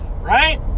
right